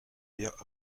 bières